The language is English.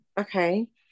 okay